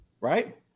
Right